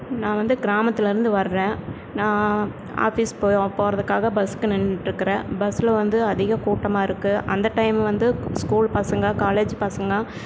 நான் வந்து கிராமத்தில் இருந்து வர்றேன் நான் ஆஃபீஸ் போ போகறதுக்காக பஸ்ஸுக்கு நின்றுட்டுருக்குறேன் பஸ்ஸில் வந்து அதிக கூட்டமாக இருக்கு அந்த டைம் வந்து ஸ்கூல் பசங்க காலேஜ் பசங்க